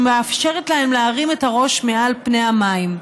שמאפשרת להם להרים את הראש מעל פני המים.